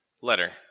letter